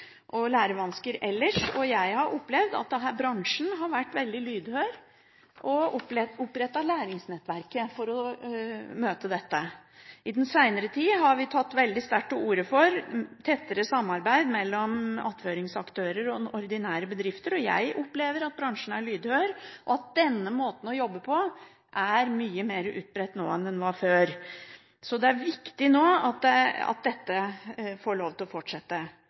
og lærevansker ellers, og jeg har opplevd at bransjen har vært veldig lydhør, og at den har opprettet Læringsnettverket for å møte dette. I den senere tid har vi tatt veldig sterkt til orde for tettere samarbeid mellom attføringsaktører og ordinære bedrifter. Jeg opplever at bransjen er lydhør, og at denne måten å jobbe på er mye mer utbredt nå enn den var før. Det er derfor viktig nå at dette får lov til å fortsette.